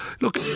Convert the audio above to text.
look